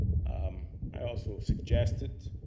um i also suggested,